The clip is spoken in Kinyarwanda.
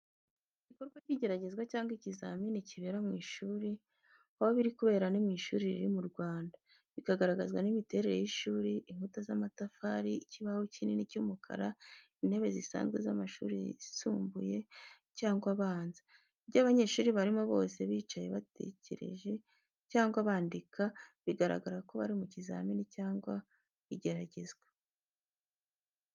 Igikorwa cy’igeragezwa cyangwa ikizamini kibera mu ishuri. Aho biri kubera ni mu ishuri riri mu Rwanda, bikagaragazwa n’imiterere y’ishuri inkuta z'amatafari, ikibaho kinini cy'umukara, intebe zisanzwe z’amashuri yisumbuye cyangwa abanza. Ibyo abanyeshuri barimo bose bicaye batekereje cyangwa bandika, bigaragaza ko bari mu kizamini cyangwa mu igeragezwa.